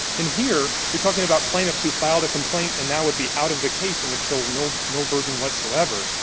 and here, you're talking about plaintiffs who filed a complaint and now would be out of the case and would show no no burden whatsoever.